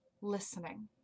listening